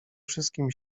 wszystkim